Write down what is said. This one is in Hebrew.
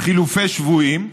חילופי שבויים.